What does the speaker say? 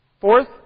Fourth